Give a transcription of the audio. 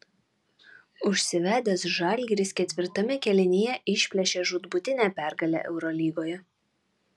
užsivedęs žalgiris ketvirtame kėlinyje išplėšė žūtbūtinę pergalę eurolygoje